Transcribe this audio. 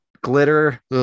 glitter